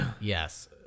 Yes